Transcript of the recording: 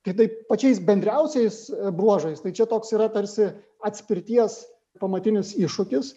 kitaip pačiais bendriausiais bruožais tai čia toks yra tarsi atspirties pamatinis iššūkis